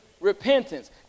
repentance